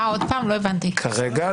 כרגע,